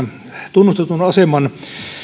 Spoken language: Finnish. tunnustetun aseman